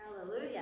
Hallelujah